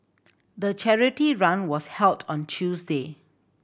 the charity run was held on Tuesday